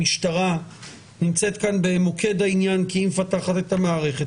המשטרה נמצאת כאן במוקד העניין כי היא מפתחת את המערכת